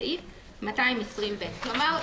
למעט חודש שבו חלו לגביו הוראות סעיף 307." כלומר,